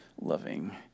loving